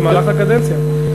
במהלך הקדנציה?